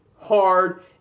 hard